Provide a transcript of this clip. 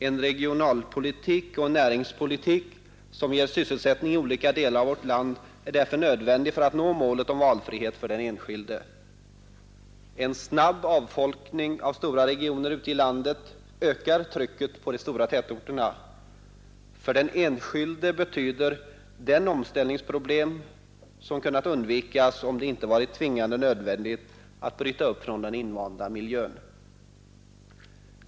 En regionalpolitik och en näringspolitik som ger sysselsättning i olika delar av vårt land är därför nödvändig för att man skall nå målet om valfrihet för den enskilde. En snabb avfolkning av stora regioner ute i landet ökar trycket på de stora tätorterna. För den enskilde betyder den omställningsproblem, som kunnat undvikas om det inte varit tvingande nödvändigt att bryta upp från den invanda miljön.